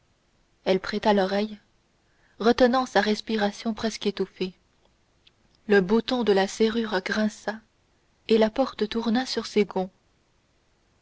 elle prêta l'oreille retenant sa respiration presque étouffée le bouton de la serrure grinça et la porte tourna sur ses gonds